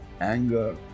anger